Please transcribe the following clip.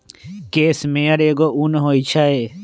case मेयर एगो उन होई छई